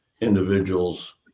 individuals